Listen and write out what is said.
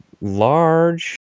large